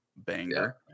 banger